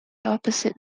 opposite